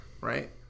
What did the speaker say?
Right